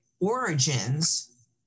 origins